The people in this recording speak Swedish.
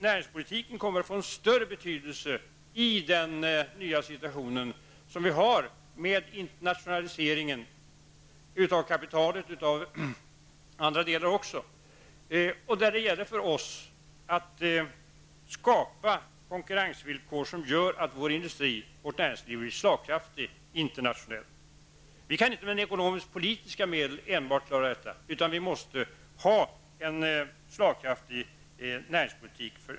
Näringspolitiken kommer att få en större betydelse i och med internationalisering av bl.a. kapitalet. Det gäller för oss att skapa konkurrensvillkor som gör att vårt näringsliv blir internationellt slagkraftig. Det kan inte klaras enbart med ekonomisk-politiska åtgärder, utan det krävs också en slagkraftig näringspolitik.